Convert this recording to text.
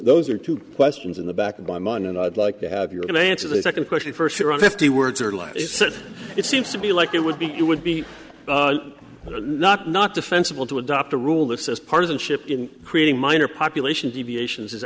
those are two questions in the back of my money and i'd like to have you're going to answer the second question first there are fifty words or less it seems to be like it would be it would be not not defensible to adopt a rule that says partisanship in creating minor population deviations